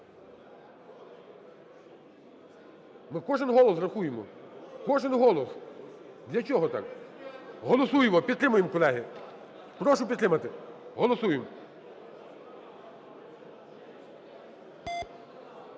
бо кожен голос рахуємо, кожен голос. Для чого так? Голосуємо, підтримуємо, колеги. Прошу підтримати, голосуємо.